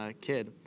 kid